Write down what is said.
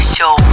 Show